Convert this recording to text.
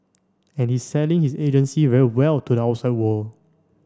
and he's selling his agency very well to the outside world